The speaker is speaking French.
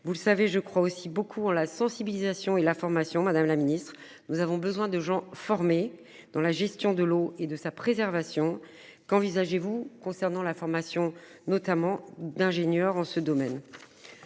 vous le savez, je crois aussi beaucoup en la sensibilisation et la formation Madame la Ministre. Nous avons besoin de gens formés dans la gestion de l'eau et de sa préservation, qu'envisagez-vous concernant la formation notamment d'ingénieurs en ce domaine.